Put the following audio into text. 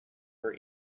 her